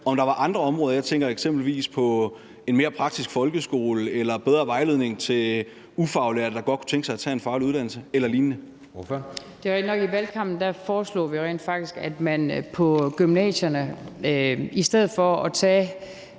om der er andre områder? Jeg tænker eksempelvis på en mere praktisk folkeskole eller bedre vejledning til ufaglærte, der godt kunne tænke sig at tage en faglig uddannelse eller lignende. Kl. 14:29 Anden næstformand (Jeppe Søe): Ordføreren. Kl. 14:29 Inger